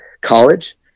college